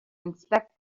inspect